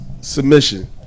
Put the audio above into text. submission